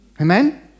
Amen